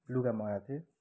लुगा मगाएको थिएँ